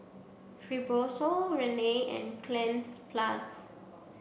Fibrosol Rene and Cleanz plus